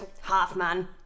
half-man